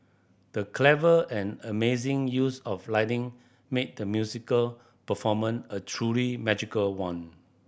the clever and amazing use of lighting made the musical performance a truly magical one